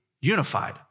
unified